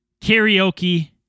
karaoke